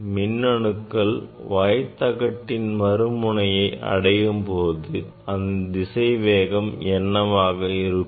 மின் அணுக்கள் y தகட்டின் மறு முனையை அடையும் போது அதன் திசைவேகம் என்னவாக இருக்கும்